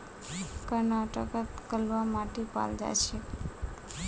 कर्नाटकत कलवा माटी पाल जा छेक